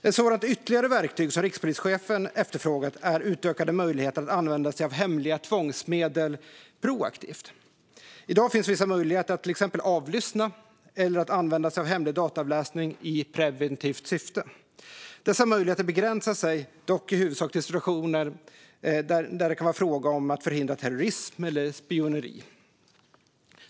Ett sådant ytterligare verktyg som rikspolischefen efterfrågat är utökade möjligheter att använda sig av hemliga tvångsmedel proaktivt. I dag finns vissa möjligheter att till exempel avlyssna eller använda sig av hemlig dataavläsning i preventivt syfte. Dessa möjligheter begränsar sig dock i huvudsak till situationer när det kan vara fråga om att förhindra terrorism eller spioneri.